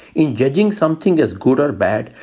in judging something as good or bad,